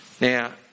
Now